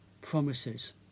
promises